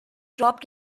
dropped